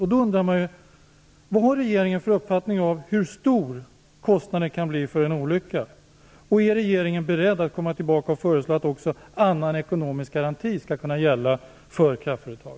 Jag undrar då vilken uppfattning regeringen har om hur stor kostnaden för en olycka kan bli och om regeringen är beredd att komma tillbaka med förslag om att också annan ekonomisk garanti skall kunna gälla för kraftföretag.